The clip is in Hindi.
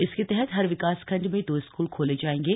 इसके तहत हर विकासखंड में दो स्कूल खोले जाएंगे